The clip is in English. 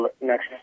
next